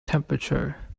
temperature